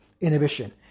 inhibition